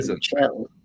chill